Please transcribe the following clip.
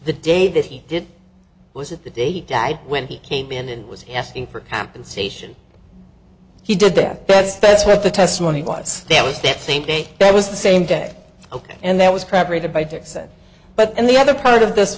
the day that he did was it the day he died when he came in and was asking for compensation he did their best that's what the testimony was that was that same day that was the same day ok and that was crap rated by dick said but and the other part of this